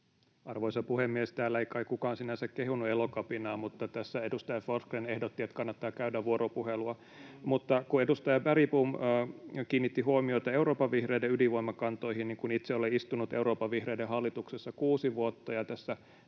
Arvoisa puhemies! Täällä ei kai kukaan sinänsä kehunut Elokapinaa, mutta tässä edustaja Forsgrén ehdotti, että kannattaa käydä vuoropuhelua. Edustaja Bergbom kiinnitti huomiota Euroopan vihreiden ydinvoimakantoihin. Kun itse olen istunut Euroopan vihreiden hallituksessa kuusi vuotta ja tässä